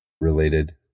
related